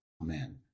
Amen